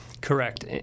Correct